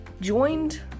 joined